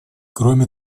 кроме